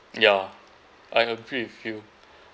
yeah I agree with you